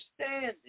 understanding